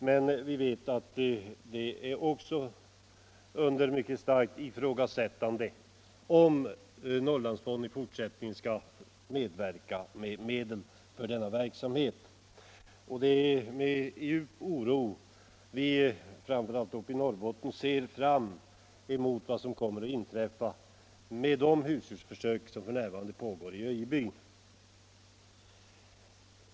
Men det ifrågasätts nu mycket starkt om Norrlandsfonden i fortsättningen skall lämna medel till denna verksamhet. Det är med djup oro som framför allt vi i Norrbotten undrar vad som kommer att hända med de husdjursförsök som f.n. pågår i Öjebyn.